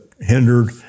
hindered